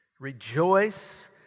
Rejoice